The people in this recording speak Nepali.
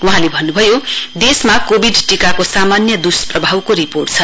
वहाँले भन्नुभयो देशमा कोविड टीकाको सामान्य दुस्प्रभावको रिपोर्ट छ